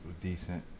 decent